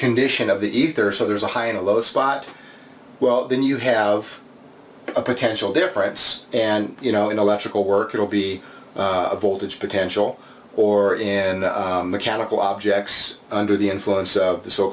condition of the ether so there's a high in a low spot well then you have a potential difference and you know electrical work will be a voltage potential or in mechanical objects under the influence of the so